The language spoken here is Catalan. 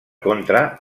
contra